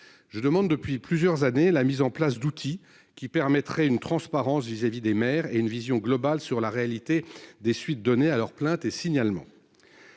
Je demande depuis plusieurs années la mise en place d'outils permettant une transparence vis-à-vis des maires et une vision globale de la réalité des suites données à leurs plaintes et signalements.